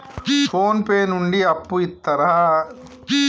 Phone pay నుండి అప్పు ఇత్తరా?